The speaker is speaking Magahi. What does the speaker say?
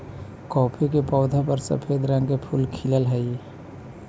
कॉफी के पौधा पर सफेद रंग के फूल खिलऽ हई